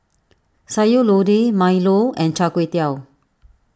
Sayur Lodeh Milo and Char Kway Teow